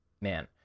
man